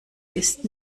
ist